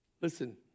Listen